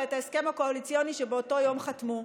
ואת ההסכם הקואליציוני שבאותו יום חתמו עליו,